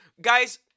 guys